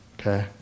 Okay